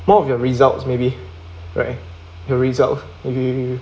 more of your results maybe right you result that give you